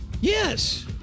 Yes